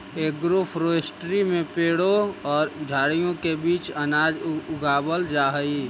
agroforestry में पेड़ों और झाड़ियों के बीच में अनाज उगावाल जा हई